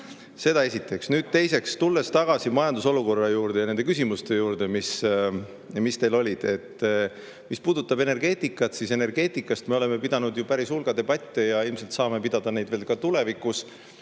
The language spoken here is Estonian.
Seda esiteks. Teiseks, tuleme tagasi majandusolukorra juurde ja nende küsimuste juurde, mis teil olid. Mis puudutab energeetikat, siis energeetika üle me oleme pidanud päris hulga debatte ja ilmselt saame pidada neid ka tulevikus.